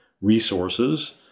resources